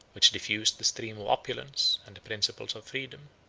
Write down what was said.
which diffused the streams of opulence and the principles of freedom.